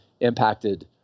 impacted